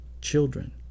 children